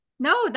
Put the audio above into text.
No